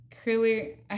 Clearly